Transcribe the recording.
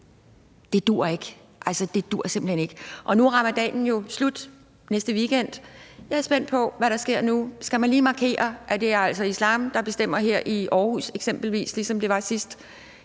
det duer ikke, altså det duer simpelt hen ikke. Nu er ramadanen jo slut næste weekend, og jeg er spændt på, hvad der sker nu. Skal man lige markere, at det altså er islam, der bestemmer her i Aarhus, eksempelvis, ligesom det var sidst